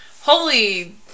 holy